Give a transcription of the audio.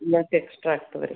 ಮತ್ತೆ ಎಕ್ಸ್ಟ್ರಾ ಆಗ್ತದೆ ರೀ